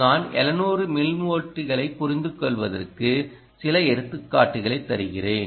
நான் 700 மில்லிவோல்ட்களைப் புரிந்துகொள்வதற்கு சில எடுத்துக்காட்டுகளைத் தருகிறேன்